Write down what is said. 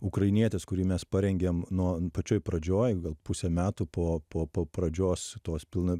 ukrainietis kurį mes parengėm nuo pačioj pradžioj gal pusę metų po po po pradžios tos pilnai